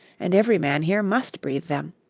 and every man here must breathe them.